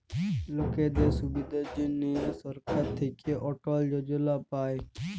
লকদের সুবিধার জনহ সরকার থাক্যে অটল যজলা পায়